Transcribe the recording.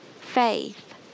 faith